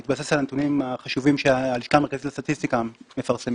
בהתבסס על הנתונים החשובים שהלשכה המרכזית לסטטיסטיקה מפרסמים,